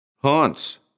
Haunts